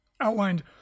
outlined